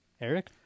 Eric